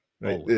Right